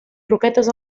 croquetes